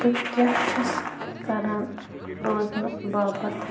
بہٕ کیٛاہ چھَس کَران روزنہٕ باپَت